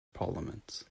parliament